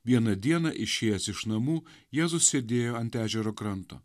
vieną dieną išėjęs iš namų jėzus sėdėjo ant ežero kranto